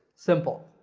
simple.